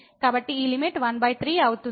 కాబట్టి ఈ లిమిట్13 అవుతుంది